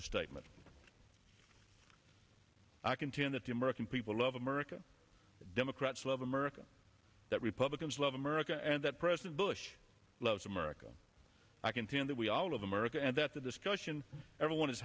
a statement i contend that the american people love america democrats love america that republicans love america and that president bush loves america i contend that we all of america and that the discussion everyone is